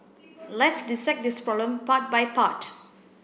let's dissect this problem part by part